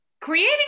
creating